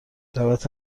دعوت